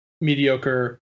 mediocre